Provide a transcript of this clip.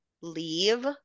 leave